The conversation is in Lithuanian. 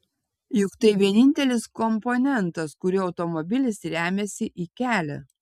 juk tai vienintelis komponentas kuriuo automobilis remiasi į kelią